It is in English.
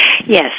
Yes